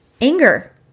anger